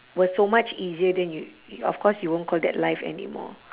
were so much easier then you of course you won't call that life anymore